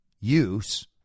use